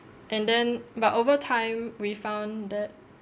and then but over time we found that